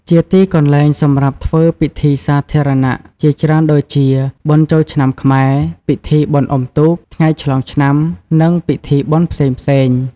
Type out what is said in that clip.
ជាទីកន្លែងសម្រាប់ធ្វើពិធីសាធារណៈជាច្រើនដូចជា បុណ្យចូលឆ្នាំខ្មែរ ពិធីបុណ្យអ៊ុំទូក ថ្ងៃឆ្លងឆ្នាំ និងពិធីបុណ្យផ្សេងៗ។